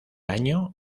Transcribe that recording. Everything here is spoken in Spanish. año